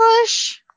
push